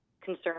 concern